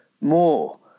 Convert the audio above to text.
more